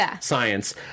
science